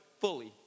fully